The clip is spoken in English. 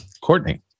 Courtney